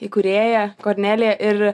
įkūrėja kornelija ir